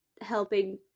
helping